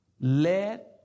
Let